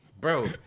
bro